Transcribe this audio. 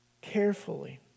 Carefully